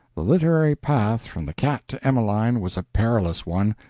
the literary path from the cat to emeline was a perilous one,